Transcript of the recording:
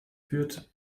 führt